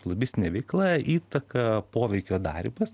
lobistinė veikla įtaka poveikio darymas